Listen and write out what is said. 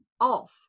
off